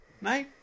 No